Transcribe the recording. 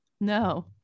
no